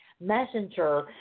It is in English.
messenger